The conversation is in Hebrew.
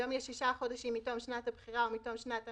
היום יש שישה חודשים מתום שנת הבחירה או מתום שנת המס,